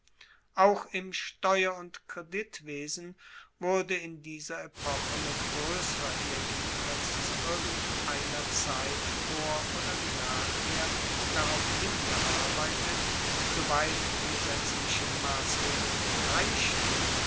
auch im steuer und kreditwesen wurde in dieser epoche mit groesserer energie als zu irgendeiner zeit vor oder nachher darauf hingearbeitet soweit gesetzliche massregeln reichten